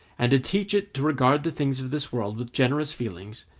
and to teach it to regard the things of this world with generous feelings,